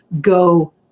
go